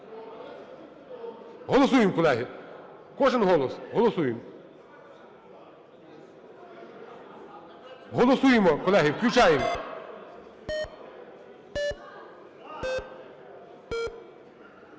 Голосуємо колеги. Кожен голос. Голосуємо. Голосуємо, колеги, включаємо.